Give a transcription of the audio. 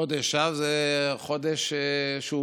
חודש אב זה חודש שמסמל